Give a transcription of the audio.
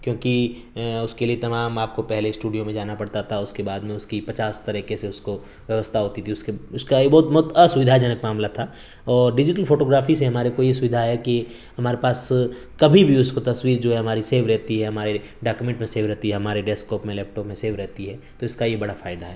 کیونکہ اس کے لیے تمام آپ کو پہلے اسٹوڈیو میں جانا پڑتا تھا اس کے بعد میں اس کی پچاس طریقے سے اس کو ویوستا ہوتی تھی اس کا ایک بہت بہت آسویدھا جنک معاملہ تھا اور ڈیجیٹل فوٹوگرافی سے ہمارے کو یہ سویدھا ہے کہ ہمارے پاس کبھی بھی اس کو تصویر جو ہے ہماری سیو رہتی ہے ہمارے ڈاکومنٹ میں سیو رہتی ہے ہمارے ڈیسکوپ میں لیپ ٹاپ میں سیو رہتی ہے تو اس کا یہ بڑا فائدہ ہے